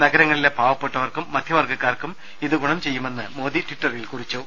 നഗരങ്ങളിലെ പാവപ്പെട്ടവർക്കും മധൃ വർഗ്ഗുകാർക്കും ഇത് ഗുണം ചെയ്യുമെന്ന് മോദി ട്വിറ്ററിൽ കുറിച്ചു